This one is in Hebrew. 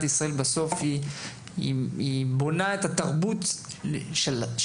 ישראל בסוף היא בונה את התרבות שלה,